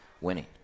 winning